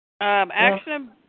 Action